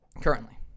Currently